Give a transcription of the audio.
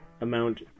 amount